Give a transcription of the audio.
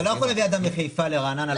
אתה לא יכול להביא אדם מחיפה לרעננה למלצרות.